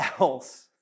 else